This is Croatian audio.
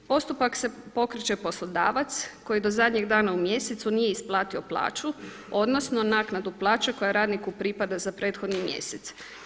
Postupak pokreće poslodavac koji do zadnjeg dana u mjesecu nije isplatio plaću odnosno naknadu plaće koja radniku pripada za prethodni mjesec.